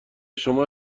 شما